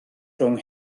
rhwng